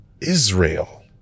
Israel